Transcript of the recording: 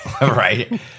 right